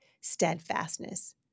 steadfastness